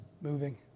moving